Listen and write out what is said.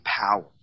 power